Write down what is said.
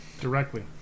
Directly